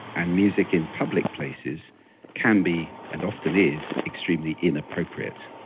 and music in public places can be, and often is, extremely inappropriate.